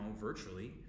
virtually